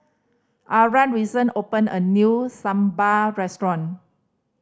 Arah recent opened a new Sambar restaurant